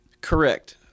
correct